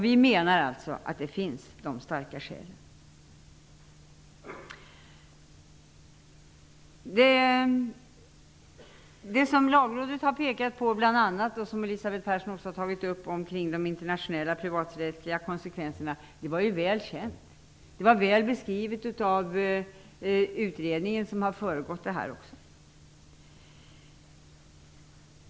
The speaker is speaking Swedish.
Vi menar alltså att dessa starka skäl finns. Det som Lagrådet bl.a. har pekat på och som Elisabeth Persson också har tagit upp om de internationella privaträttsliga konsekvenserna är väl känt. Det är väl beskrivet av den utredning som har föregått förslaget.